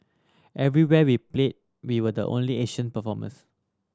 everywhere we played we were the only Asian performers